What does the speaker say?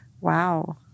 Wow